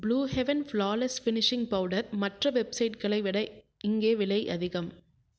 blue heaven flawless finishing powder மற்ற வெப்சைட்களை விட இங்கே விலை அதிகம்